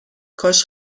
کاش